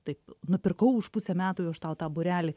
taip nupirkau už pusę metų jau aš tau tą būrelį